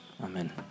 Amen